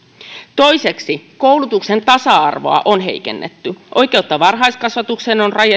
toiseksi koulutuksen tasa arvoa on heikennetty oikeutta varhaiskasvatukseen on